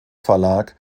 verlag